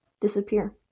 disappear